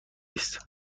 است